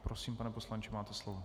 Prosím, pane poslanče, máte slovo.